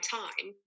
time